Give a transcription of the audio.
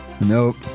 Nope